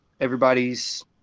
Everybody's